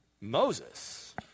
Moses